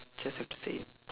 just the same